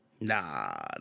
Nah